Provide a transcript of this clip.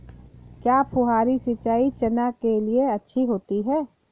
क्या फुहारी सिंचाई चना के लिए अच्छी होती है?